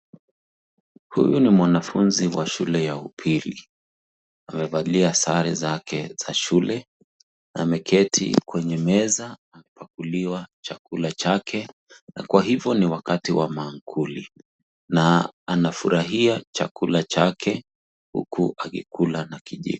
Huyu ni mwanafunzi wa shule ya upili amevalia sare zake za shule ameketi kwenye meza chakula chake na kwa ghivo ni wakati wa maankuli na anafurahia chakula chake huku akikula na kijiko.